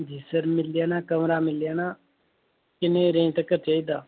जी sir मिली जाना कमरा मिली जाना किन्नी रेंज तकर चाहिदा